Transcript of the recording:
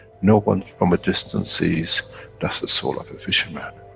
no one from a distance sees that's the soul of a fisherman,